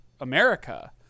america